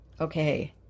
Okay